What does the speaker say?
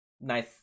nice